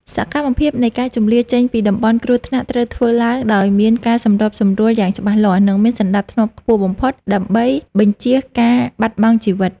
សកម្មភាពនៃការជម្លៀសចេញពីតំបន់គ្រោះថ្នាក់ត្រូវធ្វើឡើងដោយមានការសម្របសម្រួលយ៉ាងច្បាស់លាស់ និងមានសណ្តាប់ធ្នាប់ខ្ពស់បំផុតដើម្បីបញ្ជៀសការបាត់បង់ជីវិត។